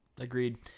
Agreed